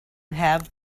have